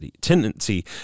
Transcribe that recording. tendency